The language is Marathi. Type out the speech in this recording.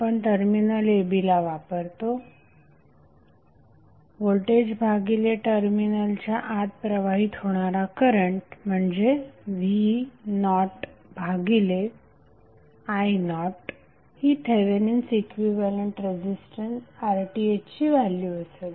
आपण टर्मिनल a b ला वापरतो व्होल्टेज भागिले टर्मिनलच्या आत प्रवाहित होणारा करंट म्हणजे v नॉट भागिले आय नॉट ही थेवेनिन्स इक्विव्हॅलेंट रेझिस्टन्स RThची व्हॅल्यू असेल